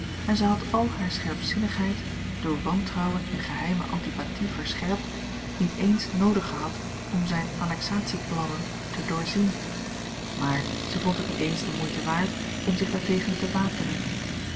en zij had al hare scherpzinnigheid door wantrouwen en geheime a l g bosboom-toussaint langs een omweg antipathie verscherpt niet eens noodig gehad om zijne annexatie plannen te doorzien maar zij vond het niet eens de moeite waard om zich daartegen te wapenen